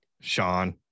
Sean